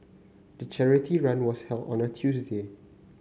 the charity run was held on a Tuesday